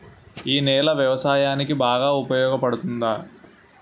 ఈ నేల వ్యవసాయానికి బాగా ఉపయోగపడుతుందా?